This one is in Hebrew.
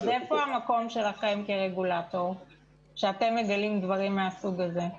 ואיפה המקום שלכם כרגולטור כשאתם מגלים דברים מהסוג הזה?